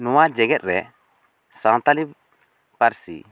ᱱᱚᱣᱟ ᱡᱮᱜᱮᱛ ᱨᱮ ᱥᱟᱱᱛᱟᱲᱤ ᱯᱟᱹᱨᱥᱤ